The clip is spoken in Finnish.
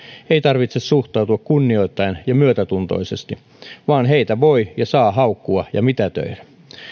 ei tarvitse suhtautua kunnioittaen ja myötätuntoisesti vaan heitä voi ja saa haukkua ja mitätöidä